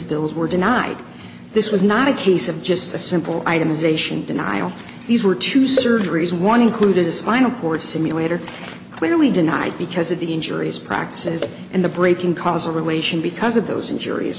bills were denied this was not a case of just a simple itemization denial these were two surgeries one included a spinal cord stimulator clearly denied because of the injuries practices and the breaking causal relation because of those injuri